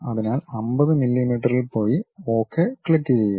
അതിനാൽ 50 മില്ലിമീറ്ററിൽ പോയി ഒകെ ക്ലിക്കുചെയ്യുക